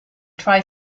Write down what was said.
try